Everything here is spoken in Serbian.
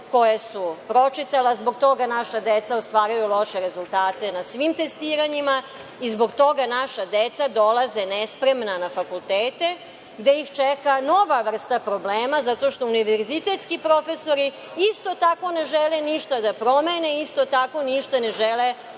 koje su pročitala. Zbog toga naša deca ostvaruju loše rezultate na svim testiranjima i zbog toga naša deca dolaze nespremna na fakultete, gde ih čeka nova vrsta problema, zato što univerzitetski profesori isto tako ne žele ništa da promene, i isto ništa ne žele